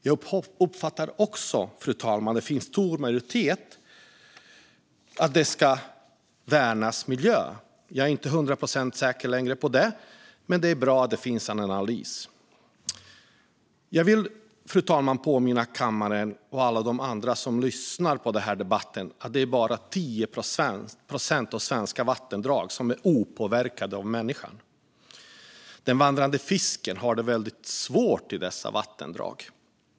Jag uppfattar också, fru talman, att det finns en stor majoritet för att värna miljön. Jag är inte längre säker på det till hundra procent, men det är bra att det görs en analys. Fru talman! Jag vill påminna kammaren och alla de andra som lyssnar på den här debatten om att det bara är 10 procent av de svenska vattendragen som är opåverkade av människan. Den vandrande fisken har det väldigt svårt i dessa vattendrag.